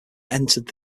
entered